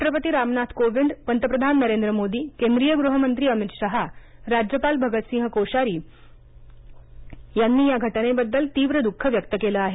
राष्ट्रपती रामनाथ कोविंद पंतप्रधान नरेंद्र मोदी केंद्रीय गृहमंत्री अमित शहा राज्यपाल भगतसिंग कोश्यारी यांनी या घटनेबद्दल तीव्र द्ख व्यक्त केलं आहे